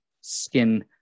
skin